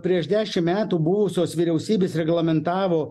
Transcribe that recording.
prieš dešimt metų buvusios vyriausybės reglamentavo